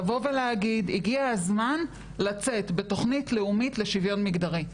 לבוא ולהגיד הגיע הזמן לצאת בתוכנית לאומית לשוויון מגדרי.